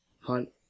hunt